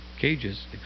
cages